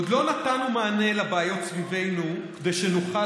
עוד לא נתנו מענה לבעיות סביבנו כדי שנוכל